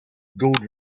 gould